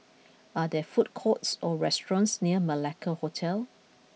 are there food courts or restaurants near Malacca Hotel